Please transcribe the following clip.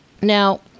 Now